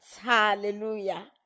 Hallelujah